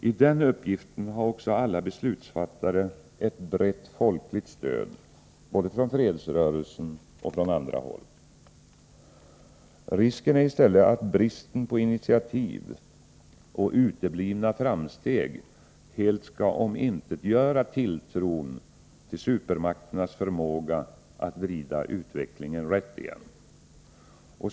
I den uppgiften har också alla beslutsfattare ett brett folkligt stöd, både från fredsrörelsen och från andra håll. Risken är i stället att brist på initiativ och uteblivna framsteg helt skall omintetgöra tilltron till supermakternas förmåga att vrida utvecklingen rätt igen.